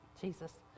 Jesus